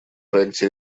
проекте